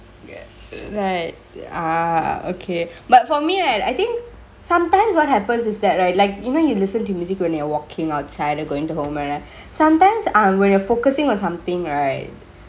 ya right ah okay but for me right I think sometimes what happens is that right like you know you listen to music when you are walkingk outside goingk home right sometimes um when you are focusingk on somethingk right